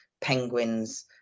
penguins